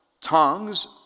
tongues